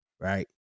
right